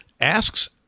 asks